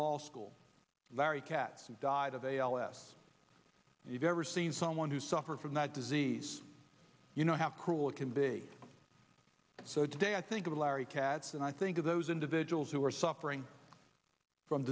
mol school very cats who died of a l s if you've ever seen someone who suffered from that disease you know how cruel it can be so today i think of larry katz and i think of those individuals who are suffering from